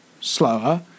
slower